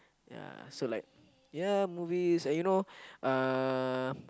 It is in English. yeah so like yeah movies and you know uh